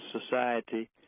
society